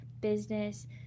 business